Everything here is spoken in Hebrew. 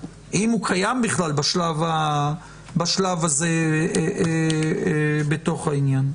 אם הוא קיים בכלל בשלב הזה בתוך העניין.